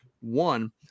One